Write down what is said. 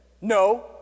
no